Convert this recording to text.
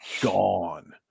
gone